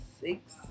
six